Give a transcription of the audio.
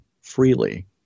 freely